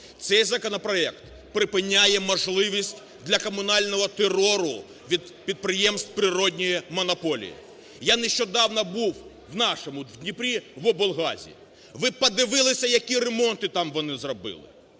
Цей законопроект припиняє можливість для комунального терору від підприємств природньої монополії. Я нещодавно був в нашому, в Дніпрі, в облгазі. Ви б подивилися, які ремонти там вони зробили!